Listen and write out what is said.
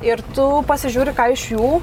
ir tu pasižiūri ką iš jų